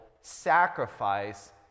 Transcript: sacrifice